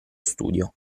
studio